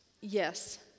yes